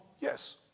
yes